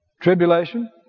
Tribulation